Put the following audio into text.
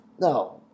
Now